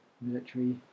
military